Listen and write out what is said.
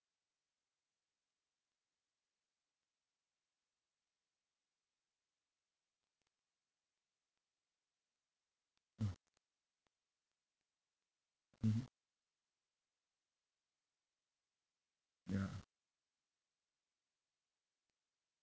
mm mmhmm ya